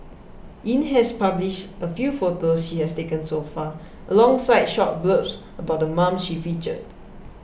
Yin has published a few photos she has taken so far alongside short blurbs about the moms she featured